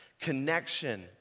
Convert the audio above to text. Connection